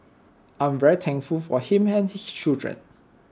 I'm very thankful for him and his children